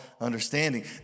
understanding